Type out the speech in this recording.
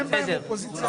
בסדר.